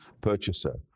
purchaser